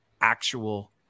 actual